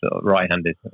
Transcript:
right-handed